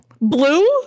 Blue